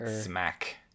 Smack